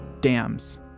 dams